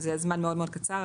זה היה זמן מאוד מאוד קצר,